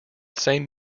same